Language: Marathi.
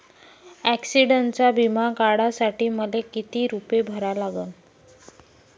ॲक्सिडंटचा बिमा काढा साठी मले किती रूपे भरा लागन?